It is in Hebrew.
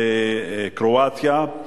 בקרואטיה,